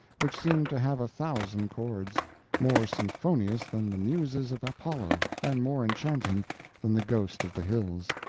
which seemed to have a thousand chords more symphonious than the muses of apollo, and more enchanting than the ghost of the hills.